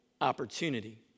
opportunity